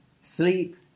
sleep